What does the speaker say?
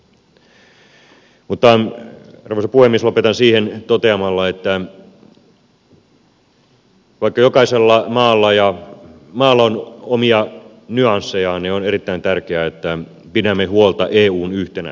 mutta arvoisa puhemies lopetan tämän toteamalla että vaikka jokaisella maalla on omia nyanssejaan niin on erittäin tärkeää että pidämme huolta eun yhtenäisyydestä